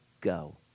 go